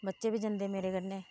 बच्चे बी जंदे मेरे कन्ने